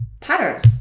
patterns